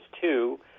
two